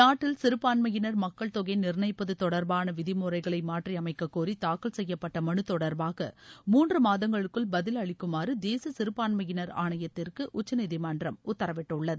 நாட்டில் சிறுபான்மையினர் மக்கள்தொகையை நிர்ணயிப்பது தொடர்பான விதிமுறைகளை மாற்றியமைக்கக் கோரி தாக்கல் செய்யப்பட்ட மனு தொடர்பாக மூன்று மாதங்களுக்குள் பதில் அளிக்குமாறு தேசிய சிறுபான்மையினர் ஆணையத்திற்கு உச்சநீதிமன்றம் உத்தரவிட்டுள்ளது